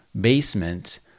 basement